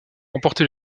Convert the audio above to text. remporté